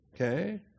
Okay